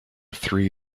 three